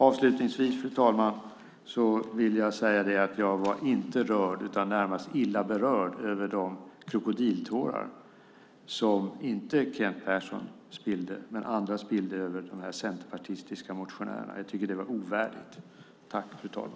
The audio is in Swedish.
Avslutningsvis vill jag säga att jag inte var rörd utan närmast illa berörd av de krokodiltårar som inte Kent Persson men andra spillde över de centerpartistiska motionärerna. Jag tycker att det var ovärdigt.